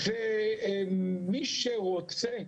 שנים מייצגות שהן חלות על כלל בתי החולים למעט